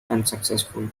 unsuccessful